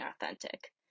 authentic